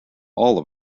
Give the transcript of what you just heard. all